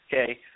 okay